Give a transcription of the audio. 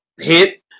hit